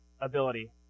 ability